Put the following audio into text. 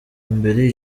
mbere